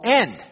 end